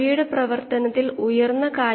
ഫീഡിൽ കോശങ്ങളൊന്നുമില്ല